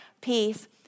peace